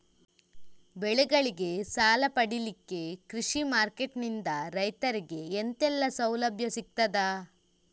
ಬೆಳೆಗಳಿಗೆ ಸಾಲ ಪಡಿಲಿಕ್ಕೆ ಕೃಷಿ ಮಾರ್ಕೆಟ್ ನಿಂದ ರೈತರಿಗೆ ಎಂತೆಲ್ಲ ಸೌಲಭ್ಯ ಸಿಗ್ತದ?